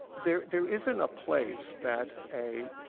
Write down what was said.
there there isn't a place that a